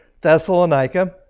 Thessalonica